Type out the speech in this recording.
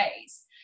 ways